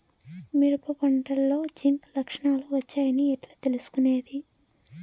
మిరప పంటలో జింక్ లక్షణాలు వచ్చాయి అని ఎట్లా తెలుసుకొనేది?